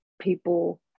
people